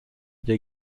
der